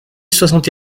soixante